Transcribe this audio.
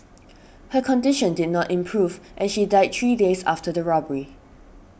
her condition did not improve and she died three days after the robbery